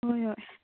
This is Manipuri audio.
ꯍꯣꯏ ꯍꯣꯏ